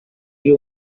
you